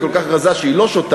היא כל כך רזה שהיא לא שותה,